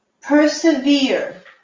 Persevere